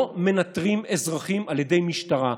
לא מנטרים אזרחים על ידי משטרה.